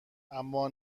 اما